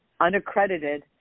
unaccredited